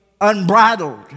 unbridled